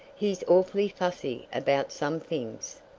he's awfully fussy about some things.